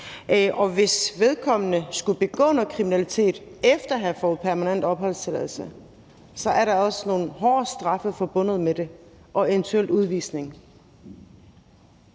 Og hvis vedkommende skulle begå noget kriminalitet efter at have fået permanent opholdstilladelse, så er der også nogle hårde straffe forbundet med det og eventuelt udvisning.